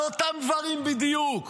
על אותם דברים בדיוק.